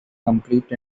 completed